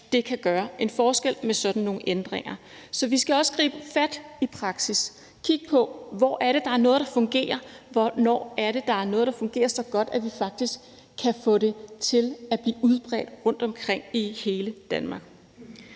det kan gøre en forskel med sådan nogle ændringer. Så vi skal også gribe fat i praksis, kigge på, hvor der er noget, der fungerer, og hvornår der er noget, der fungerer så godt, at vi faktisk kan få det til at blive udbredt rundtomkring i hele Danmark.